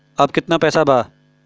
अब कितना पैसा बा?